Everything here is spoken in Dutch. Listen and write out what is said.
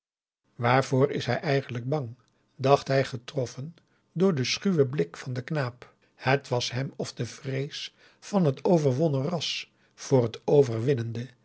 waarvoor is hij eigenlijk bang dacht hij getroffen door den schuwen blik van den knaap het was hem of de vrees van het overwonnen ras voor het overwinnende